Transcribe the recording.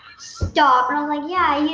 stop! and i'm like yeah, yeah